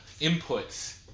inputs